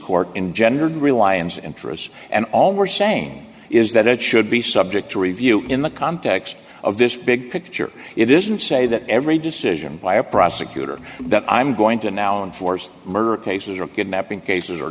court engendered reliance interests and all were the same is that it should be subject to review in the context of this big picture it isn't say that every decision by a prosecutor that i'm going to now in force murder cases are kidnapping cases or